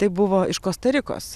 tai buvo iš kosta rikos